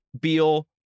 Beal